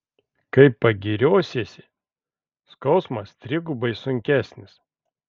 kai pagiriosiesi skausmas trigubai sunkesnis